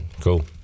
cool